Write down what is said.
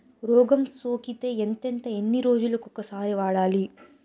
రోగం సోకితే ఎంతెంత ఎన్ని రోజులు కొక సారి వాడాలి?